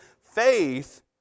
Faith